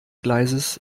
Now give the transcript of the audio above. gleises